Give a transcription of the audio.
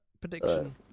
prediction